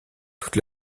toute